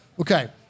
Okay